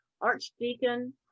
Archdeacon